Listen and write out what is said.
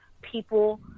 People